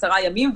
עשרה ימים,